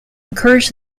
encourage